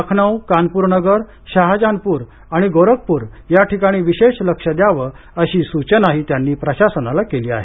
लखनौ कानपूर नगर शाहजानपूर आणि गोरखपूर या ठिकाणी विशेष लक्ष द्यावं अशी सूचनाही त्यांनी प्रशासनाला केली आहे